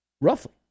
roughly